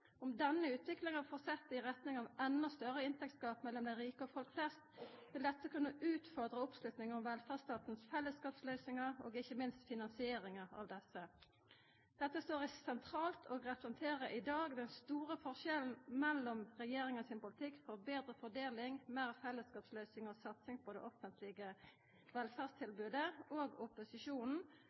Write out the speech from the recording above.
Om denne utviklinga fortset i retning av endå større inntektsgap mellom dei rike og folk flest, vil dette kunna utfordra oppslutninga om velferdsstatens fellesskapsløysingar og ikkje minst finansieringa av desse. Dette står sentralt og representerer i dag den store forskjellen mellom regjeringa sin politikk for betre fordeling, meir fellesskapsløysingar og satsing på det offentlege velferdstilbodet og opposisjonen,